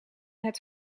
het